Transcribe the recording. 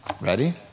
Ready